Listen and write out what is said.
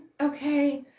okay